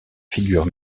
figure